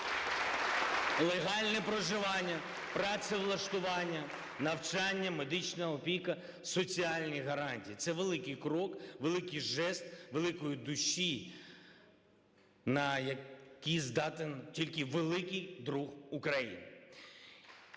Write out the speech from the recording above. Легальне проживання, працевлаштування, навчання, медична опіка, соціальні гарантії. Це великий крок, великий жест великої душі, на які здатен тільки великий друг України.